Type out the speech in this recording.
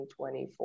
2024